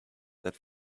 that